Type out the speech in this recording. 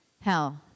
hell